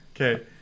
Okay